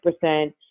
percent